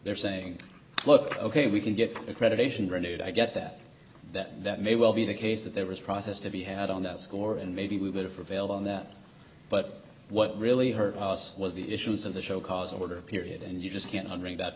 they're saying look ok we can get accreditation renewed i get that that that may well be the case that there was process to be had on that score and maybe we would have prevailed on that but what really hurt us was the issues of the show cause order period and you just can't undertake that